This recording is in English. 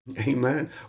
Amen